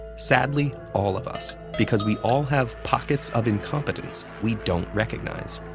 sadly, all of us because we all have pockets of incompetence we don't recognize.